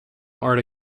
art